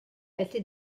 felly